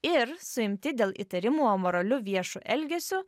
ir suimti dėl įtarimų amoraliu viešu elgesiu